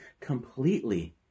completely